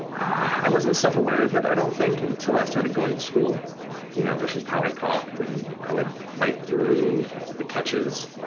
i wasn't self-aware of it, i don't think, until i started going to school. you know it was just how i talked, and i would fight through the catches.